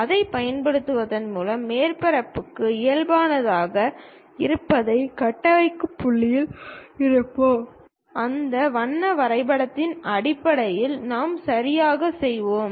அதைப் பயன்படுத்துவதன் மூலம் மேற்பரப்புக்கு இயல்பானதாக இருப்பதைக் கட்டமைக்கும் நிலையில் இருப்போம் அந்த வண்ண வரைபடத்தின் அடிப்படையில் நாம் சரியாகச் செய்வோம்